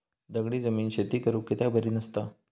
दगडी जमीन शेती करुक कित्याक बरी नसता?